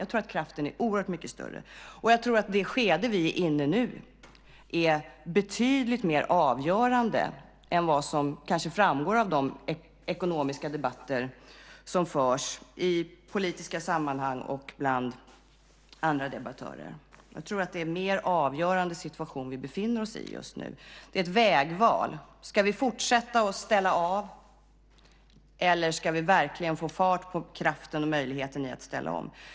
Jag tror att kraften är oerhört mycket större. Det skede vi är inne i nu tror jag är betydligt mer avgörande än som kanske framgår av de ekonomiska debatter som förs i politiska sammanhang och bland andra debattörer. Jag tror att det är en mer avgörande situation vi befinner oss i just nu. Det är ett vägval. Ska vi fortsätta att ställa av, eller ska vi verkligen få fart på kraften och möjligheten i att ställa om?